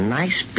nice